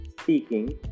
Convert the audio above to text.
speaking